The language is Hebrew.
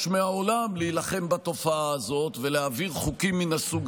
מהעולם להילחם בתופעה הזאת ולהעביר חוקים מן הסוג